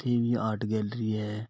ਉੱਥੇ ਵੀ art gallery ਹੈ